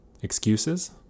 Excuses